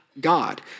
God